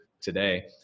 today